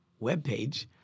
webpage